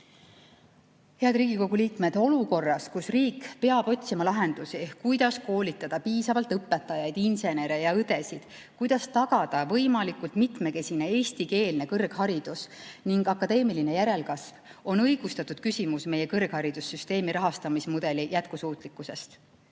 Head Riigikogu liikmed! Olukorras, kus riik peab otsima lahendusi, kuidas koolitada piisavalt õpetajaid, insenere ja õdesid, kuidas tagada võimalikult mitmekesine eestikeelne kõrgharidus ning akadeemiline järelkasv, on õigustatud küsimus meie kõrgharidussüsteemi rahastamismudeli jätkusuutlikkuse